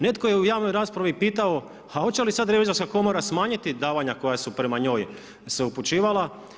Netko je u javnoj raspravi pitao, a hoće li sad Revizorska komora smanjiti davanja koja su prema njoj se upućivala.